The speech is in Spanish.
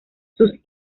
sus